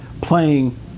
playing